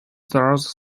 stars